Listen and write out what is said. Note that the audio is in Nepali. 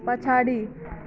पछाडि